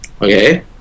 Okay